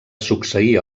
succeir